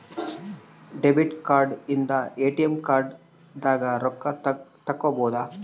debit card ಇಂದ ATM ದಾಗ ರೊಕ್ಕ ತೆಕ್ಕೊಬೋದು